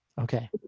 Okay